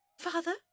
Father